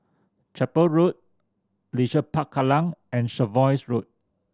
Chapel Road Leisure Park Kallang and Jervois Road